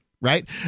right